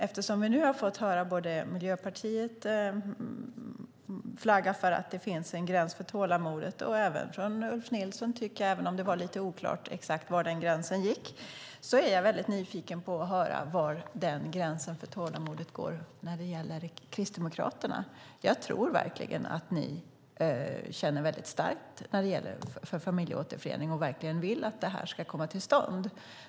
Eftersom vi nu har fått höra att Miljöpartiet flaggar för att det finns en gräns för tålamodet - och även Ulf Nilsson, tycker jag, även om det var lite oklart exakt var han menar att den gränsen går - är jag nyfiken på att höra var gränsen för tålamodet går när det gäller Kristdemokraterna. Jag tror verkligen att ni känner starkt för familjeåterförening och vill att det här ska komma till stånd.